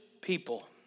people